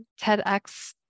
TEDx